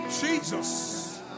Jesus